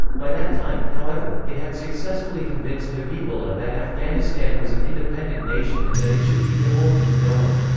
by that time, however, it had successfully convinced habibullah that afghanistan was an independent nation and that it should be beholden to no one.